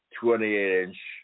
28-inch